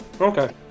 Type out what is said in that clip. Okay